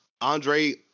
Andre